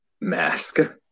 mask